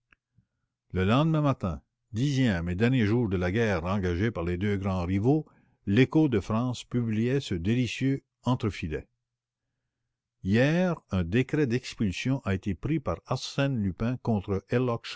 le lendemain matin dixième et dernier jour de la guerre engagée par les deux grands rivaux l écho de france publiait cet entrefilet hier un décret d'expulsion a été pris a par arsène lupin contre